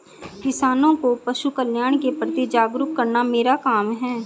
किसानों को पशुकल्याण के प्रति जागरूक करना मेरा काम है